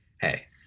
hey